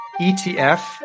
ETF